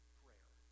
prayer